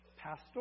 pastor